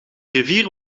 rivier